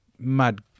mad